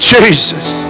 Jesus